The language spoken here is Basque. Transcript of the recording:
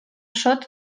zotz